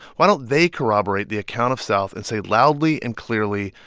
why don't they corroborate the account of south and say loudly and clearly,